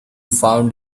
found